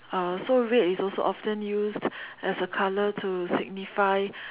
uh so red is also often use as a color to signify